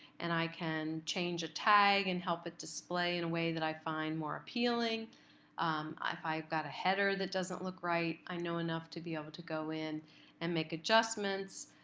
and i can change a tag and help it display in a way that i find more appealing. if i've got a header that doesn't look right, i know enough to be able to go in and make adjustments.